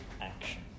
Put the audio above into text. action